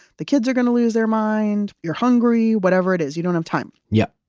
the kids are going to lose their mind, you're hungry, whatever it is. you don't have time yep.